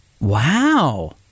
wow